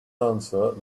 answer